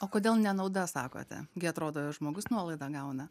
o kodėl nenauda sakote gi atrodo žmogus nuolaidą gauna